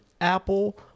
apple